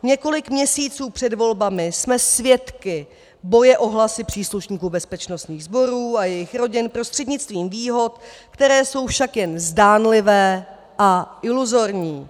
Několik měsíců před volbami jsme svědky boje o hlasy příslušníků bezpečnostních sborů a jejich rodin prostřednictvím výhod, které jsou však jen zdánlivé a iluzorní.